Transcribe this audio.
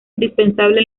indispensable